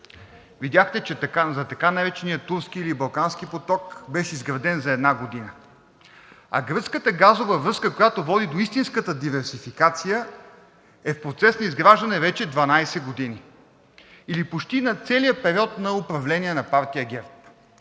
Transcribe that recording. Видяхте, че така нареченият „Турски“ или „Балкански поток“ беше изграден за една година. А гръцката газова връзка, която води до истинската диверсификация, е в процес на изграждане вече 12 години или в почти целия период на управление на партия ГЕРБ.